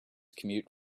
commute